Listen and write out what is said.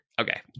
Okay